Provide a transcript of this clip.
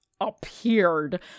appeared